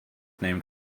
named